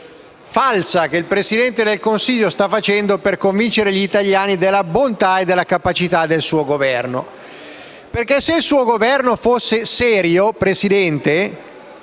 che il Presidente del Consiglio sta facendo per convincere gli italiani della bontà e della capacità del suo Governo. Se infatti il suo Governo fosse serio, signor